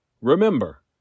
Remember